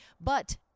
But-